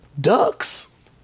ducks